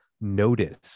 notice